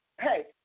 hey